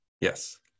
Yes